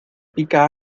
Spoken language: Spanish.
pica